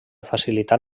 facilitar